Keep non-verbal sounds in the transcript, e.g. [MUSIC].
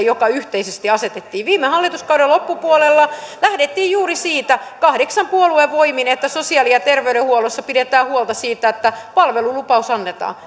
[UNINTELLIGIBLE] joka yhteisesti asetettiin viime hallituskauden loppupuolella lähdettiin juuri siitä kahdeksan puolueen voimin että sosiaali ja terveydenhuollossa pidetään huolta siitä että palvelulupaus annetaan [UNINTELLIGIBLE]